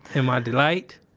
and my delight.